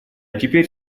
теперь